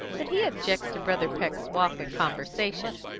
but he objects to brother peck's walk and conversation.